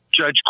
Judge